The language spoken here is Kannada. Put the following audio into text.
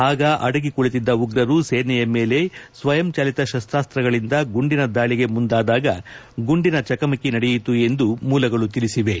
ಆಗ ಆಡಗಿ ಕುಳಿತಿದ್ದ ಉಗ್ರರು ಸೇನೆಯ ಮೇಲೆ ಸ್ವಯಂ ಚಾಲಿತ ಶಸ್ತಾಸ್ತ್ರಗಳಿಂದ ಗುಂಡಿನ ದಾಳಿಗೆ ಮುಂದಾದಾಗ ಗುಂಡಿನ ಚಕಮಕಿ ನಡೆಯಿತು ಎಂದು ಮೂಲಗಳು ತಿಳಿಸಿವೆ